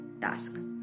task